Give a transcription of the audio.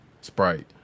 Sprite